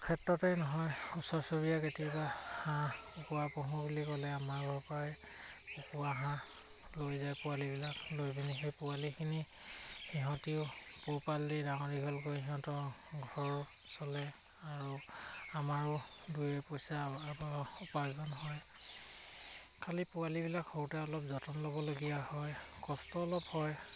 ক্ষেত্ৰতেই নহয় ওচৰ চুুবুৰীয়া কেতিয়াবা হাঁহ কুকুুৰা পুহো বুলি ক'লে আমাৰ পৰাই কুকুুৰা হাঁহ লৈ যায় পোৱালিবিলাক লৈ পিনি সেই পোৱালিখিনি সিহঁতিও পোহপাল দি ডাঙৰ দীঘল কৰি সিহঁতৰ ঘৰ চলে আৰু আমাৰো দুই এপইচা উপাৰ্জন হয় খালী পোৱালিবিলাক সৰুতে অলপ যতন ল'বলগীয়া হয় কষ্ট অলপ হয়